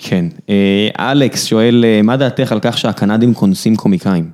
כן, אלכס שואל מה דעתך על כך שהקנדים קונסים קומיקאים?